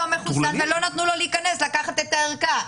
מחוסן ולא נתנו לו להיכנס לקחת את הערכה,